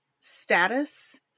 status